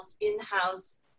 in-house